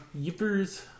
Yippers